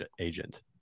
agent